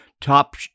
top